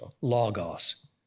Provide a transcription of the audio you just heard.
Logos